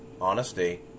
honesty